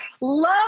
Love